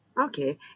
Okay